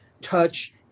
touch